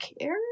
care